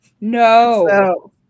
No